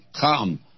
come